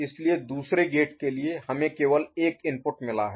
इसलिए दूसरे गेट के लिए हमें केवल एक इनपुट मिला है